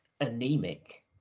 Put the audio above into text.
anemic